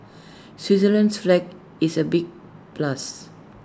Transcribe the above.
Switzerland's flag is A big plus